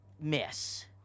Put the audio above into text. miss